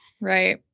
Right